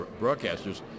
broadcasters